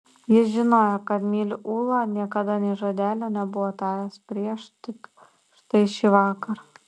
jis žinojo kad myliu ulą niekada nė žodelio nebuvo taręs prieš tik štai šįvakar